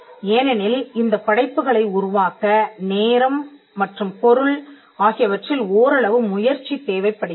ஏனெனில் இந்த படைப்புகளை உருவாக்க நேரம் மற்றும் பொருள் ஆகியவற்றில் ஓரளவு முயற்சி தேவைப்படுகிறது